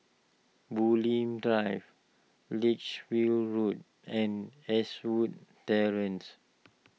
Bulim Drive Lichfield Road and Eastwood Terrace